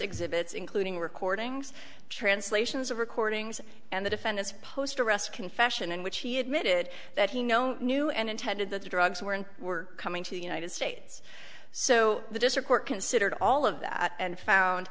exhibits including recordings translations of recordings and the defendant's post arrest confession in which he admitted that he no knew and intended that the drugs were and were coming to the united states so the district court considered all of that and found